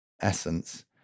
essence